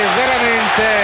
veramente